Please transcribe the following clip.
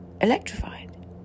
electrified